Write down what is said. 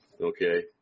okay